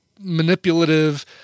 manipulative